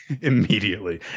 Immediately